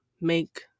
make